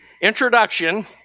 introduction